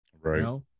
Right